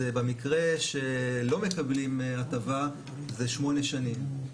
במקרה שלא מקבלים הטבה זה שמונה שנים,